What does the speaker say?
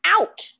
out